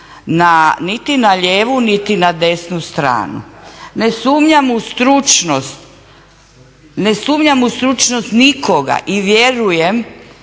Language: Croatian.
niti na lijevu, niti na desnu stranu. Ne sumnjam u stručnost, ne sumnjam